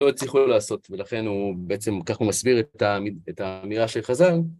לא הצליחו לא לעשות, ולכן הוא בעצם, ככה הוא מסביר את האמירה של חז"ל.